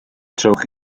trowch